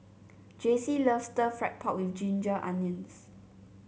Jacey loves Stir Fried Pork with Ginger Onions